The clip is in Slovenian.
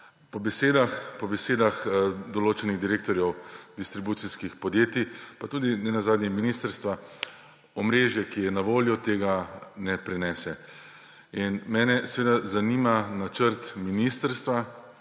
Po besedah določenih direktorjev distribucijskih podjetij pa tudi nenazadnje ministrstva, omrežje, ki je na voljo, tega ne prenese. Mene seveda zanima: Kakšen je načrt ministrstva